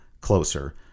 closer